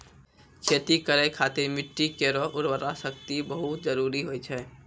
खेती करै खातिर मिट्टी केरो उर्वरा शक्ति बहुत जरूरी होय छै